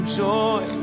joy